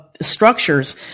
structures